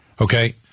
Okay